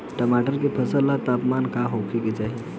टमाटर के फसल ला तापमान का होखे के चाही?